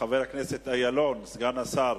חבר הכנסת אילון, סגן השר,